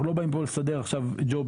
אנחנו לא באים פה לסדר עכשיו ג'ובים,